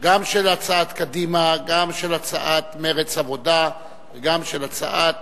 גם הצעת קדימה, גם הצעת מרצ-העבודה וגם הצעת